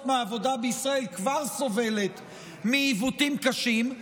מעבודה בישראל כבר סובלת מעיוותים קשים,